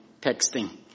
texting